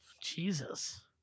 Jesus